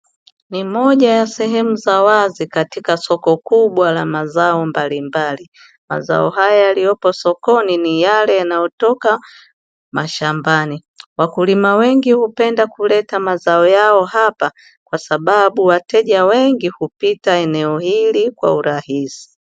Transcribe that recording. Ni moja ya sehemu za wazi katika soko kubwa la mazao mbalimbali, mazao haya yaliyopo sokoni ni yale yanayotoka mashambani. Wakulima wengi wanapenda kuleta mazao yao hapa, kwa sababu wateja wengi hupita eneo hili kwa urahisi.